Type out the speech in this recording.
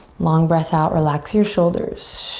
long breath out, relax your shoulders.